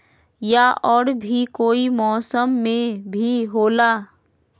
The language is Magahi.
या और भी कोई मौसम मे भी होला?